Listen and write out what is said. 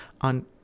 on